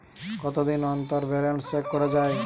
কতদিন অন্তর balance check করা য়ায়?